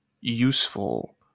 useful